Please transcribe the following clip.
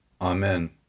Amen